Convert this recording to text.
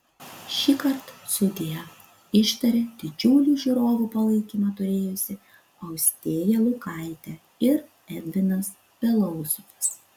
šįkart sudie ištarė didžiulį žiūrovų palaikymą turėjusi austėja lukaitė ir edvinas belousovas